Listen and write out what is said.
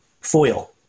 foil